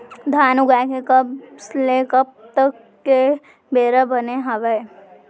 धान उगाए के कब ले कब तक के बेरा बने हावय?